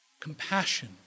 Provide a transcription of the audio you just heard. Compassion